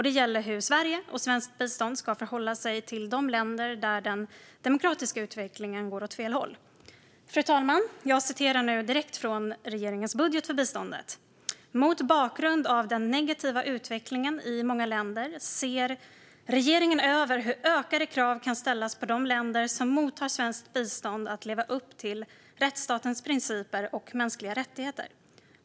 Det gäller hur Sverige och svenskt bistånd ska förhålla sig till de länder där den demokratiska utvecklingen går åt fel håll. Fru talman! Jag citerar nu direkt från regeringens budget för biståndet: "Mot bakgrund av den negativa demokratiska utvecklingen i många länder, ser regeringen över hur ökade krav kan ställas på de länder som mottar svenskt bistånd att leva upp till rättsstatens principer och mänskliga rättigheter.